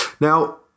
Now